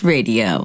Radio